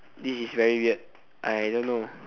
this is very weird I don't know